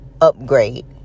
upgrade